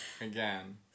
Again